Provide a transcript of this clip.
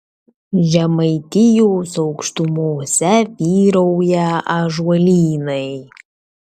žemaitijos aukštumose vyrauja ąžuolynai